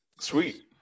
Sweet